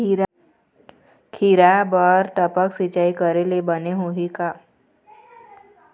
खिरा बर टपक सिचाई करे ले बने होही का?